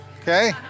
okay